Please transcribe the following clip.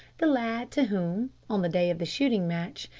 the lad to whom, on the day of the shooting match,